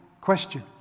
question